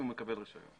היא מקבל רישיון.